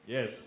Yes